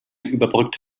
überbrückt